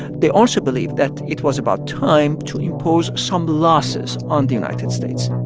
they also believed that it was about time to impose some losses on the united states.